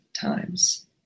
times